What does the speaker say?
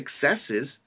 successes